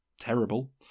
terrible